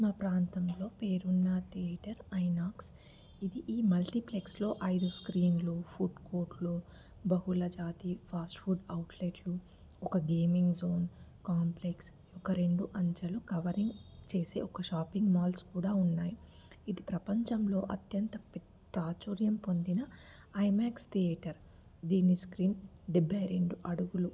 మా ప్రాంతంలో పేరున్న థియేటర్ ఐనాక్స్ ఇది ఈ మల్టీప్లెక్స్లో ఐదు స్క్రీన్లు ఫుడ్ కోర్ట్లు బహుళ జాతీయ ఫాస్ట్ ఫుడ్ అవుట్లెట్లు ఒక గేమింగ్ జోన్ కాంప్లెక్స్ ఒక రెండు అంచలు కవరింగ్ చేసే ఒక షాపింగ్ మాల్స్ కూడా ఉన్నాయి ఇది ప్రపంచంలో అత్యంత ప్రాచూర్యం పొందిన ఐమ్యాక్స్ థియేటర్ దీని స్క్రీన్ డెబ్బై రెండు అడుగులు